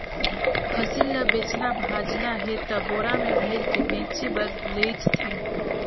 फसिल ल बेचना भाजना हे त बोरा में भइर के बेचें बर लेइज थें